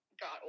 got